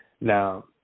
Now